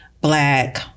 black